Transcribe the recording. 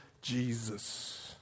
Jesus